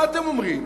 מה אתם אומרים,